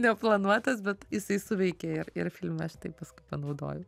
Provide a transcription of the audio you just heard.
neplanuotas bet jisai suveikė ir ir filme aš tai paskui panaudojau